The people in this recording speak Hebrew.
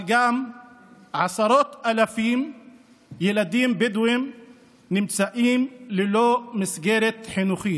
אבל גם עשרות אלפי ילדים בדואים נמצאים ללא מסגרת חינוכית,